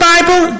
Bible